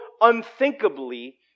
unthinkably